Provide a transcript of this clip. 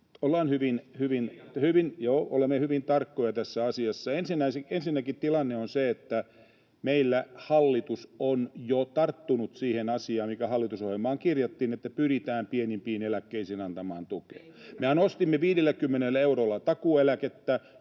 Olemme hyvin tarkkoja tässä asiassa. Ensinnäkin tilanne on se, että meillä hallitus on jo tarttunut siihen asiaan, mikä hallitusohjelmaan kirjattiin, että pyritään pienimpiin eläkkeisiin antamaan tukea. [Timo Heinonen: Mutta